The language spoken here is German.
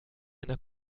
einer